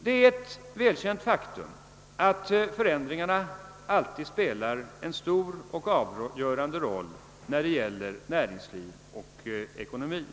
Det är ett erkänt faktum att förväntningarna alltid spelar en stor och avgörande roll när det gäller näringsliv och ekonomi.